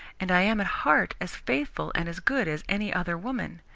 and i am at heart as faithful and as good as any other woman.